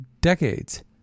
decades